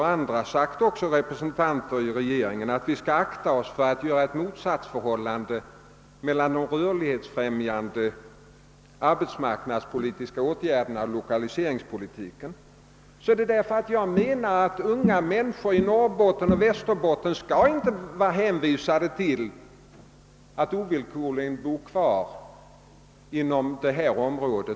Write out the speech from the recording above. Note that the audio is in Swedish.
Jag menar — och det har även andra representanter för reringen sagt — att vi skall akta oss för att skapa ett motsatsförhållande mellan de rörlighetsfrämjande, arbetsmarknadspolitiska åtgärderna och lokaliseringspolitiken. Unga människor i Norrbotten och Västerbotten skall inte vara hänvisade till att ovillkorligen bo kvar i detta område.